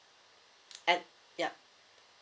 and ya